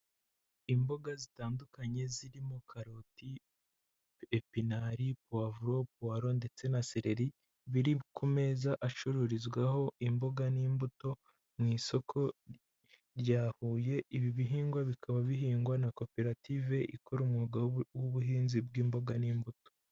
Imboga zitandukanye zirimo karoti, epinari, puwavulo, puwalo, ndetse na seleri. Biri ku meza acururizwaho imbuga n'imbuto, mu isoko rya Huye. ibi bihingwa bikaba bihingwa na koperative, ikora umwuga w'ubuhinzi bw'imboga n'imbuto.